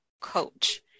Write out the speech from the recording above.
coach